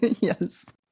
Yes